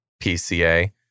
PCA